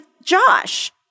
Josh